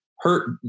hurt